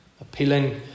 Appealing